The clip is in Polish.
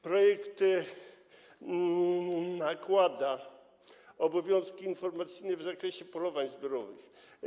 Projekt nakłada obowiązki informacyjne w zakresie polowań zbiorowych.